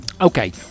Okay